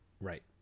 right